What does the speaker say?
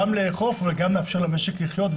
גם לאכוף וגם לאפשר למשק לחיות.